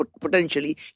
potentially